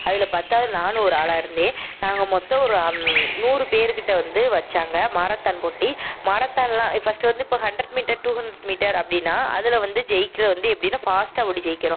அதில் பத்தாவதுல நானும் ஒரு ஆளாக இருந்தேன் நாங்கள் மொத்தம் ஒரு நூறு பேருகிட்ட வந்து வைச்சாங்க மாரத்தான் போட்டி மாரத்தான்லாம் ஃபஸ்ட்டு வந்து இப்போ hundred metre two hundred metre அப்படின்னா அதில் வந்து ஜெய்க்கிற வந்து எப்படின்னா ஃபாஸ்ட்டாக ஓடி ஜெய்க்கிறோம்